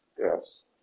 Yes